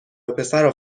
وپسرو